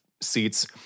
seats